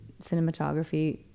cinematography